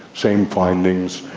same findings,